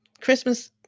Christmas